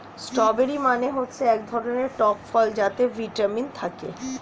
strawberry মানে হচ্ছে এক ধরনের টক ফল যাতে ভিটামিন থাকে